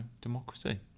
democracy